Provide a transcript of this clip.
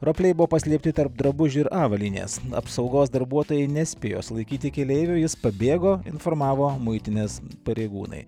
ropliai buvo paslėpti tarp drabužių ir avalynės apsaugos darbuotojai nespėjo sulaikyti keleivių jis pabėgo informavo muitinės pareigūnai